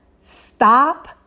stop